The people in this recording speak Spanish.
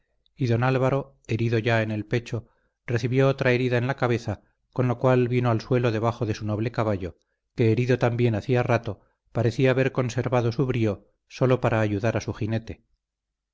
y don álvaro herido ya en el pecho recibió otra herida en la cabeza con lo cual vino al suelo debajo de su noble caballo que herido también hacía rato parecía haber conservado su brío sólo para ayudar a su jinete